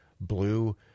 blue